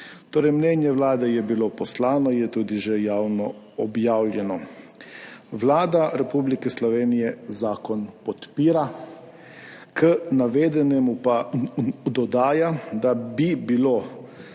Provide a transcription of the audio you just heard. Torej, mnenje Vlade je bilo poslano, je tudi že javno objavljeno. Vlada Republike Slovenije zakon podpira, k navedenemu pa dodaja, da bi bilo